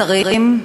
השרים,